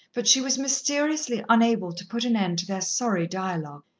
but she was mysteriously unable to put an end to their sorry dialogue.